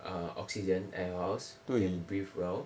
err oxygen at your house you can breathe well